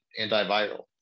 antiviral